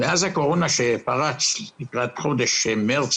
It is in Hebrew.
מאז שהקורונה פרצה בחודש מרץ,